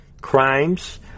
crimes